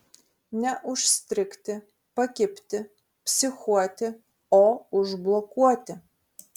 ne užstrigti pakibti psichuoti o užblokuoti